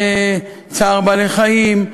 צער בעלי-חיים,